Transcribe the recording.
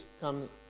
come